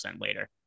later